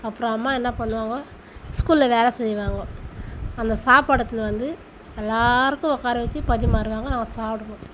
அப்புறம் அம்மா என்ன பண்ணுவாங்க ஸ்கூலில் வேலை செய்வாங்க அந்த சாப்பாடை எடுத்துன்னு வந்து எல்லாேருக்கும் உட்கார வச்சு பரிமாறுவாங்க நாங்கள் சாப்பிடுவோம்